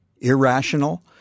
irrational